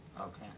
Okay